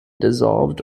dissolved